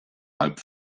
halb